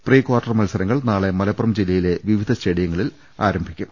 prequarter മത്സരങ്ങൾ നാളെ മലപ്പുറം ജില്ലയിലെ വിവിധ സ്റ്റേഡിയങ്ങളിൽ ആരംഭിക്കും